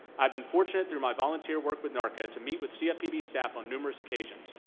i've been fortunate, through my volunteer work with narca, to meet with cfpb staff on numerous occasions.